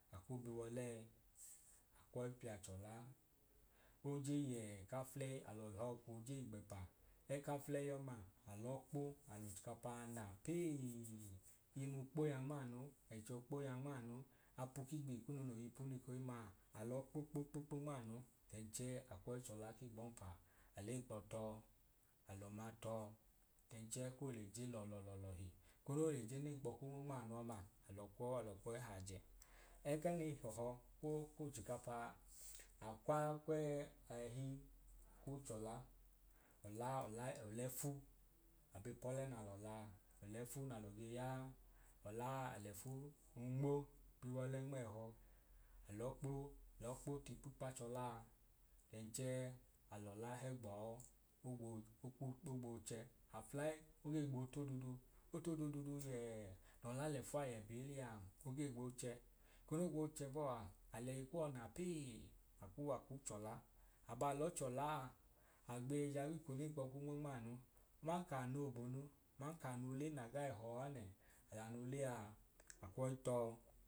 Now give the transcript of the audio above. Aku bi w’olẹ e akwọi pia chọla oje yẹẹ ka fulei alọ họọ koo je igbepa. Ẹka fulẹi ọma alọọ kpo al’ochikapa a na peee imu kpoya nmaanu ẹchọ kpoya nmaanu apu kunu no yigbihi kunu ekohimma a alọ kpo kpo kpo kpo nmaanu then chẹẹ a kwọi chọla ki gb’ọmpa, al’ẹnkp tọọ alọma tọọ then then chẹẹ ko le je lọlọọọọ lọhi. Ẹko no leje n’ẹnkpọ ku nmo nmaanu ọma alọ kwọu alọ kwọi haajẹ. Ẹgẹ nei họhọ ku k’ochikapa akw ẹhi kwu chọla ọla ọla ọl’ẹfu ab’ipọle na lọ laa, ọl’ẹfu nalọ ge yaa. Ọlaa al’ẹfu nmo biwọle nm’ẹhọ alọọ kpo lọọ kpo t’ipikpachọlaa then chẹẹ alọla he gbọọ ogboyi oku kpo ogbooche, afulẹi oge gboo t’odudu ot’odududu yẹẹ nọla l’ẹfu a yẹ biili aa oge gboochẹ eko no gboo chẹ bọọ a alẹhi kuwọ na pee akuu aku chọla abaa lọchọla a, agbei jaa gbeko n’ẹnkpọ ku nmo nmaanu man k’ano bonu aman ka n’ole na gai họọ anẹẹ, ee ano ole a akwọi tọọ